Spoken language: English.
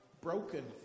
Broken